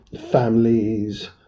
families